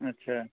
अच्छा